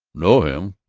know him?